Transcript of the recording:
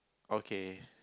okay